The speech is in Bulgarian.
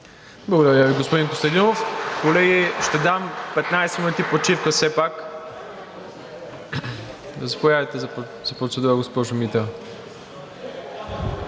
Благодаря Ви, господин Костадинов. Колеги, ще дам 15 минути почивка. Заповядайте за процедура, госпожо Митева.